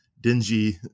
dingy